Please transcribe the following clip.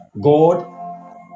God